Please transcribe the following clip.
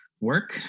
work